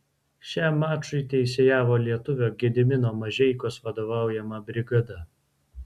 šiam mačui teisėjavo lietuvio gedimino mažeikos vadovaujama brigada